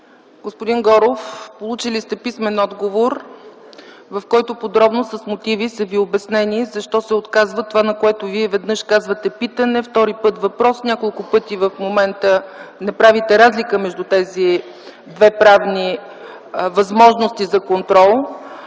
Господин Горов, получили сте писмен отговор, в който подробно с мотиви Ви е обяснено защо се отказва това, на което Вие веднъж казвате питане, втори път – въпрос, няколко пъти в момента не правите разлика между тези две правни възможности за контрол.